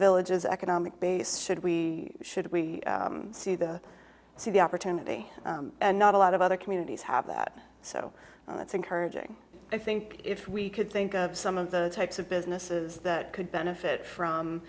villages economic base should we should we see the see the opportunity and not a lot of other communities have that so that's encouraging i think if we could think of some of the types of businesses that could benefit from